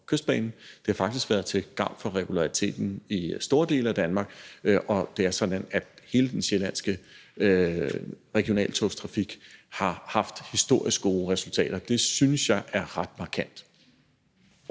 det har faktisk også været til gavn for regulariteten i store dele af Danmark. Det er sådan, at hele den sjællandske regionaltogstrafik har haft historisk gode resultater, og det synes jeg er ret markant.